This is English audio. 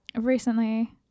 recently